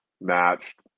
matched